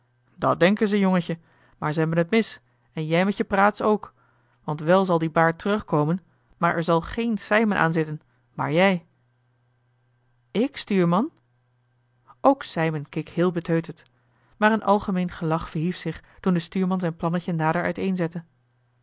dat denken ze jongetje maar ze hebben t mis en jij met je praats ook want wel zal die baard terugkomen maar er zal geen sijmen aanzitten maar jij ik stuurman ook sijmen keek heel beteuterd maar een algemeen gelach verhief zich toen de stuurman zijn plannetje